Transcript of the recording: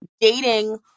dating